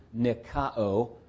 nikao